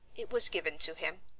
it was given to him.